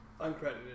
uncredited